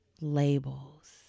labels